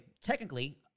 technically –